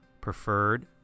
preferred